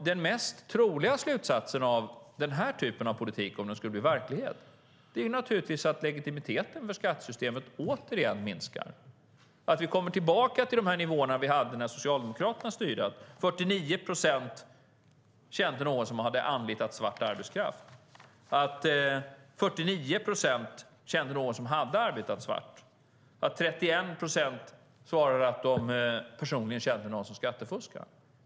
Det mest troliga resultatet av den typen av politik, om den skulle bli verklighet, är att legitimiteten för skattesystemet återigen minskar och att vi kommer tillbaka till nivåerna vi hade när Socialdemokraterna styrde, då 49 procent kände någon som hade anlitat svart arbetskraft, 49 procent kände någon som hade arbetat svart och 31 procent svarade att de personligen kände någon som skattefuskade.